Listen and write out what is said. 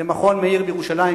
למכון מאיר בירושלים,